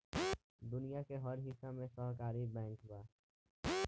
दुनिया के हर हिस्सा में सहकारी बैंक बा